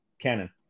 canon